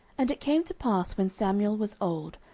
and it came to pass, when samuel was old,